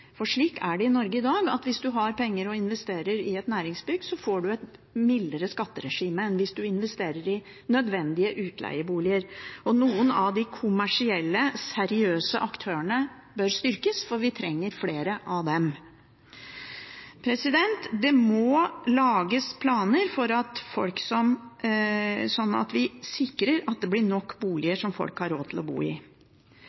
er slik i Norge i dag at hvis man har penger og investerer i et næringsbygg, får man et mildere skatteregime enn hvis man investerer i nødvendige utleieboliger. Noen av de kommersielle, seriøse aktørene bør styrkes, for vi trenger flere av dem. Det må lages planer slik at vi sikrer at det blir nok